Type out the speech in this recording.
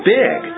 big